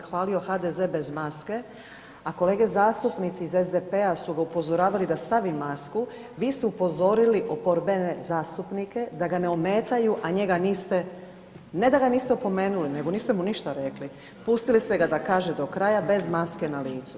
HDZ-a bez maske, a kolege zastupnici iz SDP-a su ga upozoravali da stavi masku vi ste upozorili oporbene zastupnike da ga ne ometaju, a njega niste, ne da ga niste opomenuli, nego niste mu ništa rekli, pustili ste ga da kaže do kraja bez maske na licu.